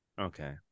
Okay